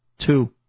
two